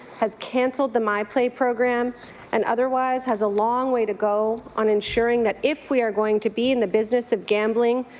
has cancelled the my play program and otherwise has a long way to go on ensuring that if we are going to be in the business of gambling,